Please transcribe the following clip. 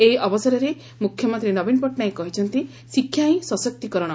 ଏହି ଅବସରରେ ମୁଖ୍ୟମନ୍ତୀ ନବୀନ ପଟନାୟକ କହିଛନ୍ତି ଶିକ୍ଷା ହି ସଶକ୍ତିକରଣ